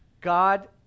God